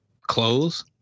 clothes